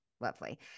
Lovely